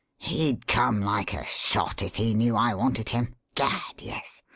he'd come like a shot if he knew i wanted him gad, yes!